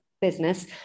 business